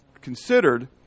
considered